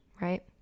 right